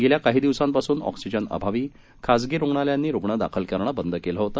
गेल्या काही दिवसांपासून ऑक्सिजन अभावी खासगी रुग्णालयांनी रुग्ण दाखल करणे बंद केले होते